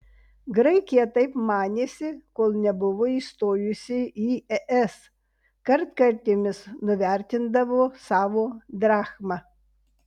graikija taip manėsi kol nebuvo įstojusi į es kartkartėmis nuvertindavo savo drachmą